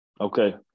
Okay